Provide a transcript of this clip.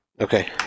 Okay